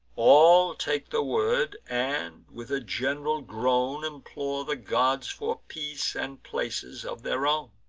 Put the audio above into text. all take the word, and, with a gen'ral groan, implore the gods for peace, and places of their own.